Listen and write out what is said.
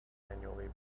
annually